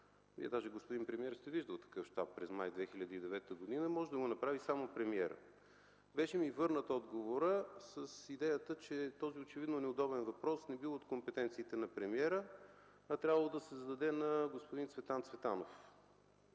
Вие даже, господин премиер, сте виждали такъв щаб през месец май 2009 г., може да го направи само премиерът. Беше ми върнат отговорът с идеята, че този очевидно неудобен въпрос не бил от компетенцията на премиера, а трябвало да се зададе на господин Цветан Цветанов.